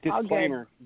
disclaimer